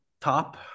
top